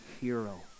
hero